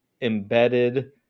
embedded